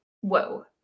Whoa